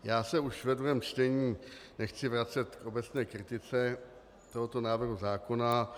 Já se už ve druhém čtení nechci vracet k obecné kritice tohoto návrhu zákona.